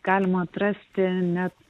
galima atrasti net